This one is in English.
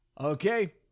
Okay